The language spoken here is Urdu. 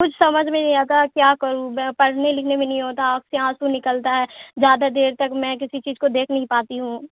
کچھ سمجھ میں نہیں آتا کیا کروں میں پڑھنے لکھنے میں نہیں ہوتا آنکھ سے آنسو نکلتا ہے زیادہ دیر تک میں کسی چیز کو دیکھ نہیں پاتی ہوں